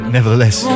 Nevertheless